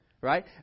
right